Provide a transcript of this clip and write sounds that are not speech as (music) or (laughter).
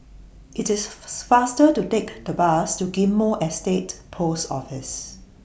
IT IS (unintelligible) faster to Take The Bus to Ghim Moh Estate Post Office